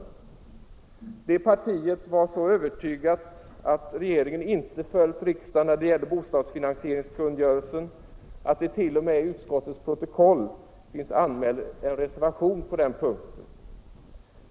Representanterna för det partiet var så övertygade om att regeringen inte hade följt riksdagen när det gällde bostadsfinansieringskungörelsen att det t.o.m. i utskottets protokoll finns anmäld en reservation på den punkten.